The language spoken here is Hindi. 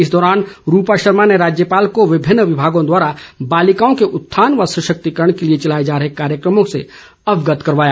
इस दौरान रूपा शर्मा ने राज्यपाल को विभिन्न विमागों द्वारा बॉलिकाओं के उत्थान व सशक्तिकरण के लिए चलाए जा रहे कार्यक्रमों से अवगत करवाया